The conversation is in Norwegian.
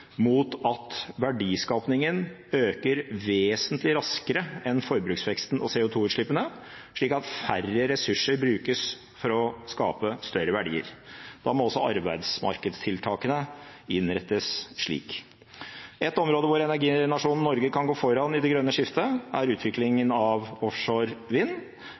mot at verdiskapingen skal øke vesentlig raskere enn forbruksveksten og CO2-utslippene, slik at færre ressurser brukes for å skape større verdier. Da må også arbeidsmarkedstiltakene innrettes slik. Ett område hvor energinasjonen Norge kan gå foran i det grønne skiftet, er utviklingen av offshore vind.